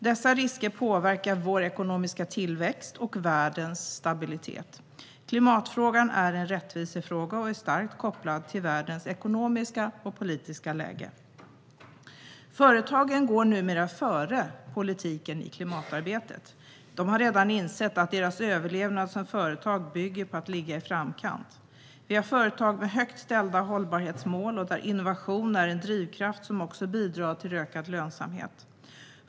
Dessa risker påverkar vår ekonomiska tillväxt och världens stabilitet. Klimatfrågan är en rättvisefråga, som är starkt kopplad till världens ekonomiska och politiska läge. Företagen går numera före politiken i klimatarbetet. De har redan insett att deras överlevnad som företag bygger på att de ligger i framkant. Vi har företag med högt ställda hållbarhetsmål och där innovation är en drivkraft som också bidrar till ökad lönsamhet.